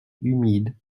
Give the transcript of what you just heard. humide